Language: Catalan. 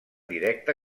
directa